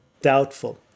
doubtful